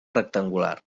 rectangular